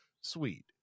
sweet